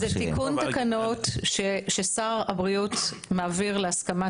זה תיקון תקנות ששר הבריאות מעביר להסכמת